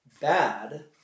bad